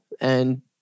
and-